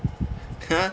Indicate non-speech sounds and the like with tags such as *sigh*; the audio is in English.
*laughs* !huh!